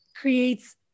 creates